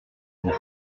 vous